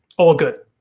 all good.